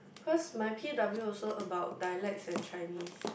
cause my P_W also about dialect and Chinese